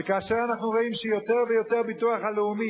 וכאשר אנחנו רואים שיותר ויותר הביטוח הלאומי,